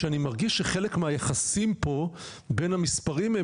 שאני מרגיש שחלק מהיחסים פה בין המספרים,